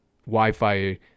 Wi-Fi